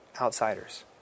outsiders